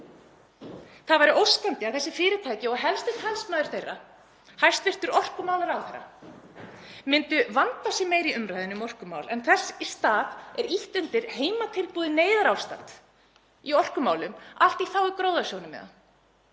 Það væri óskandi að þessi fyrirtæki og helsti talsmaður þeirra, hæstv. orkumálaráðherra, myndu vanda sig meira í umræðunni um orkumál en þess í stað er ýtt undir heimatilbúið neyðarástand í orkumálum, allt í þágu gróðasjónarmiða.